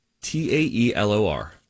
T-A-E-L-O-R